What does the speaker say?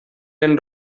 ren